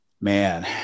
Man